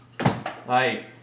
Hi